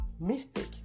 mistake